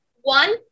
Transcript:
one